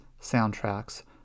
soundtracks